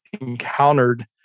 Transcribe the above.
encountered